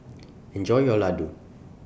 Enjoy your Laddu